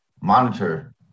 monitor